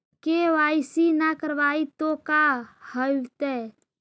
KYC न करवाई तो का हाओतै?